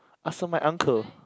ask my uncle